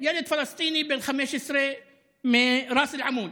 ילד פלסטיני בן 15 מראס אל-עמוד.